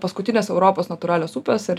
paskutinės europos natūralios upės ar